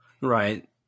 Right